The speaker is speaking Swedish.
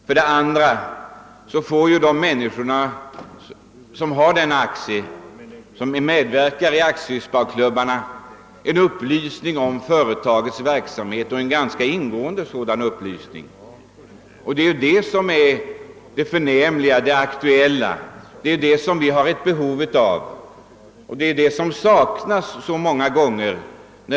För det andra får de människor som deltar i aktiesparklubbarna ganska ingående upplysningar om verksamheten, och det är ju detta som är det förnämliga och som behövs så väl men som så ofta saknas när det gäller den statliga företagsamheten.